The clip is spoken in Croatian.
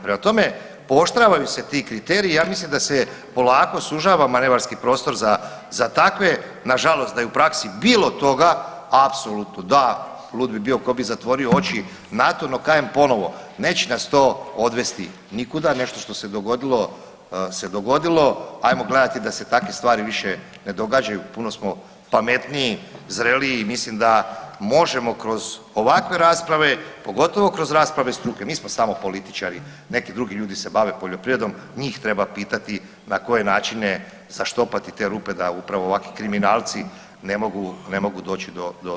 Prema tome, pooštravaju se ti kriteriji, ja mislim da se polako sužava manevarski prostor za takve, nažalost da je u praksi bilo toga, apsolutno da, lud bi bio tko bi zatvorio oči, nato kažem ponovo, neće nas to odvesti, nešto što se dogodilo, se dogodilo, ajmo gledati da se takve stvari više ne događaju, puno smo pametniji, zreliji i mislim da možemo kroz ovakve rasprave, pogotovo kroz rasprave struke, mi smo samo političari, neki drugi ljudi se bave poljoprivredom, njih treba pitati na koje načine zaštopati te rupe da upravo ovakvi kriminalci ne mogu doći do